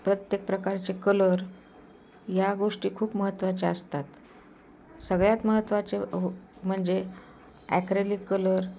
प्रत्येक प्रकारचे कलर या गोष्टी खूप महत्त्वाच्या असतात सगळ्यात महत्त्वाचे हो म्हणजे ॲक्रेलिक कलर